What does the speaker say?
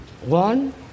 one